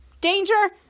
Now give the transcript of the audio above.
Danger